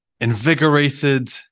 invigorated